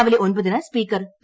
രാവിലെ ഒൻപതിന് speaker P